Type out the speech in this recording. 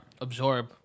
absorb